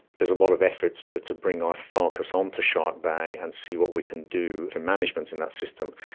there's a lot of efforts to to bring our focus um onto shark bay and see what we can do for management in that system.